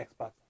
Xbox